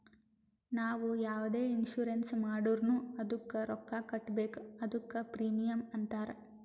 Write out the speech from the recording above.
ನಾವು ಯಾವುದೆ ಇನ್ಸೂರೆನ್ಸ್ ಮಾಡುರ್ನು ಅದ್ದುಕ ರೊಕ್ಕಾ ಕಟ್ಬೇಕ್ ಅದ್ದುಕ ಪ್ರೀಮಿಯಂ ಅಂತಾರ್